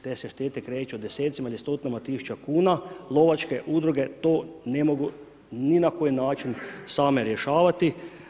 Te se štete kreću u desecima ili stotinama tisuću kuna, lovačke udruge to ne mogu niti na koji način same rješavati.